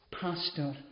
pastor